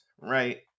right